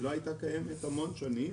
היא לא היתה קיימת המון שנים,